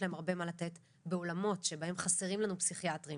להם הרבה מה לתת בעולמות שבהם חסרים לנו פסיכיאטרים